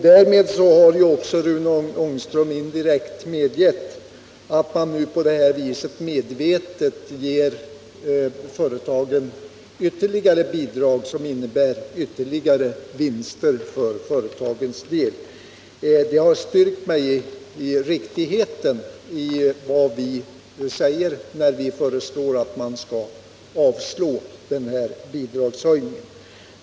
Därmed har Rune Ångström också indirekt erkänt att man på det här viset medvetet ger företagen bidrag som innebär ytterligare vinster för företagens del. Det har styrkt mig i min uppfattning att vi har rätt när vi anser att riksdagen skall avslå yrkandet om dessa bidragshöjningar.